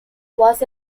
was